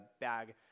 bag